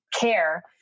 care